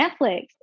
Netflix